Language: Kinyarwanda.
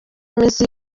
iminsi